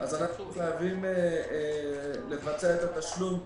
אנחנו חייבים לבצע את התשלום,